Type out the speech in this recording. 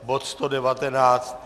Bod 119...